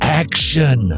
action